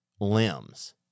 limbs